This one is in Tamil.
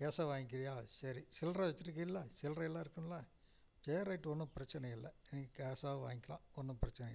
கேஷா வாங்கிக்கிறியா சரி சில்றை வெச்சிரிக்கியல்ல சில்லறை எல்லாம் இருக்கும்ல சேரி ரைட் ஒன்றும் பிரச்சனை இல்லை நீ கேஷாவும் வாங்கிக்கலாம் ஒன்றும் பிரச்சனை இல்லை